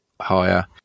higher